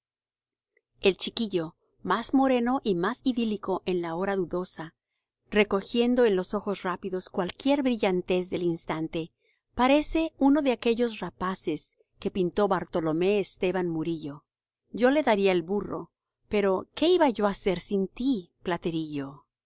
el chiquillo más moreno y más idílico en la hora dudosa recogiendo en los ojos rápidos cualquier brillantez del instante parece uno de aquellos rapaces que pintó bartolomé esteban murillo yo le daría el burro pero qué iba yo á hacer sin ti platerillo